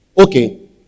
Okay